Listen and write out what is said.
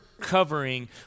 covering